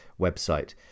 website